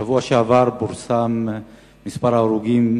בשבוע שעבר פורסם מספר ההרוגים